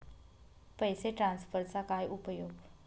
पैसे ट्रान्सफरचा काय उपयोग?